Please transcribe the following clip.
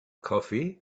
coffee